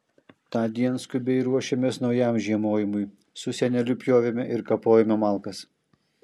tądien skubiai ruošėmės naujam žiemojimui su seneliu pjovėme ir kapojome malkas